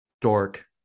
dork